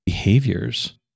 Behaviors